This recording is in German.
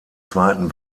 zweiten